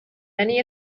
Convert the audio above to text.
many